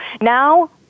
Now